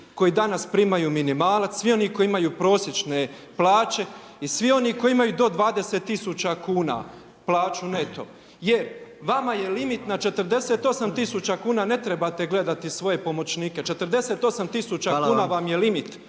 koji danas primaju minimalac, svi oni koji imaju prosječne plaće i svi oni koji imaju do 20 000 kuna plaću neto? Jer vama je limit na 48 000 kuna ne trebate gledati svoje pomoćnike, 48 000 kuna vam je limit.